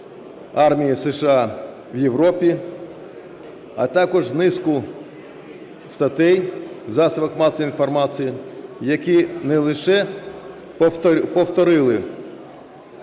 армії США у Європі, а також низку статей в засобах масової інформації, які не лише повторили